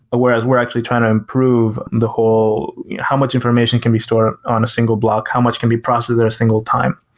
whereas we're actually trying to improve the whole how much information can be stored on a single block. how much can be processed at a single time.